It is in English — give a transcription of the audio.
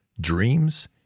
dreams